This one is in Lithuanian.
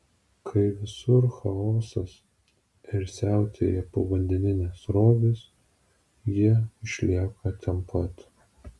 kai visur chaosas ir siautėja povandeninės srovės jie išlieka ten pat